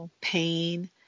pain